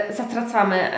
zatracamy